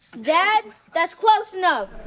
dad, that's close enough!